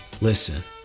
Listen